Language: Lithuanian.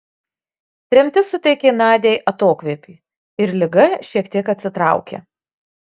tremtis suteikė nadiai atokvėpį ir liga šiek tiek atsitraukė